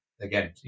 Again